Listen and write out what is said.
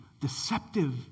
deceptive